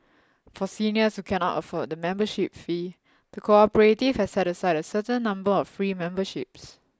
for seniors who cannot afford the membership fee the cooperative has set aside a certain number of free memberships